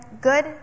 good